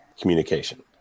communication